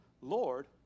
Lord